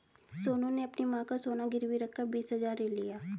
सोनू ने अपनी मां का सोना गिरवी रखकर बीस हजार ऋण लिया